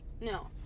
No